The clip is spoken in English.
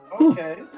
Okay